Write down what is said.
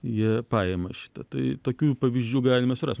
jie paima šitą tai tokių pavyzdžių galime surast